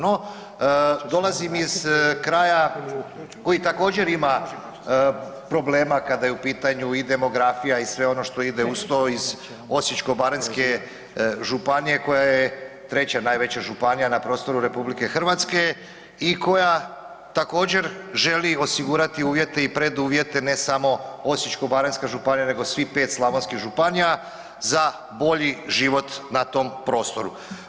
No, dolazim iz kraja koji također ima problema kada je u pitanju i demografija i sve ono što ide uz to iz Osječko-baranjske županije koja je treća najveća županija na prostoru RH i koja također želi osigurati uvjete i preduvjete ne samo Osječko-baranjska županija nego svih 5 slavonskih županija za bolji život na tom prostoru.